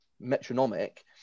metronomic